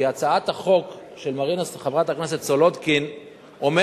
כי הצעת החוק של חברת הכנסת מרינה סולודקין אומרת